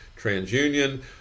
TransUnion